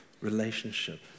relationship